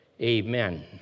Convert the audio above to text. amen